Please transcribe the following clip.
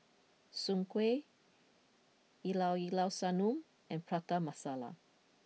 Soon Kuih Llao Llao Sanum and Prata Masala